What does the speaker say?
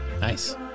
Nice